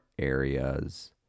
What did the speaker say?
areas